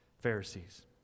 Pharisees